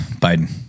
Biden